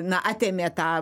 na atėmė tą